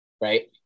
right